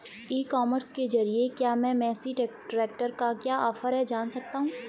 ई commerce के ज़रिए क्या मैं मेसी ट्रैक्टर का क्या ऑफर है जान सकता हूँ?